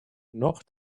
noch